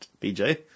BJ